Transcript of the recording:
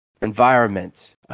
environment